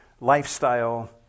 Lifestyle